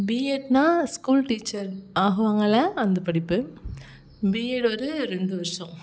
பிஎட்னால் school teacher ஆகுவாங்கள்ல அந்த படிப்பு பிஎட் ஒரு ரெண்டு வருஷம்